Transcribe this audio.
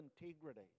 integrity